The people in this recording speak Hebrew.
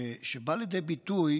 שבא לידי ביטוי